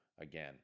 again